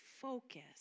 focus